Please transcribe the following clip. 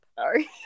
Sorry